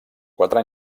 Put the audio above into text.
quatre